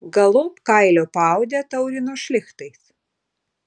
galop kailio paodę taurino šlichtais